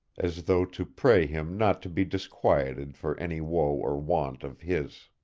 as though to pray him not to be disquieted for any woe or want of his.